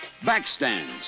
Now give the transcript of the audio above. backstands